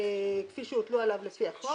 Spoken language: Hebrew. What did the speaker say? כפי שהוטלו עליו לפי החוק,